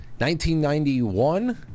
1991